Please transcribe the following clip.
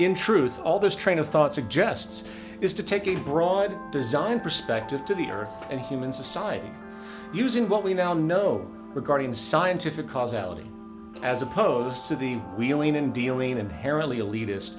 in truth all this train of thought suggests is to take a broad design perspective to the earth and human society using what we now know regarding scientific causalities as opposed to the wheeling and dealing inherently elitist